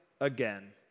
again